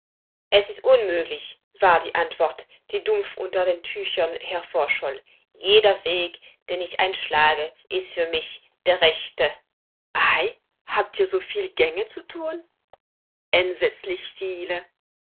es ist unmöglich war die antwort die dumpf unter den tüchern hervorscholl jeder weg den ich einschlage ist für mich der rechte ei habt ihr so viel gänge zu tun entsetzlich viele